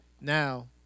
Now